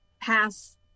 pass